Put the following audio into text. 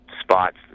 spots